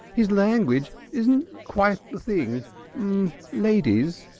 his language isn't quite the thing ladies.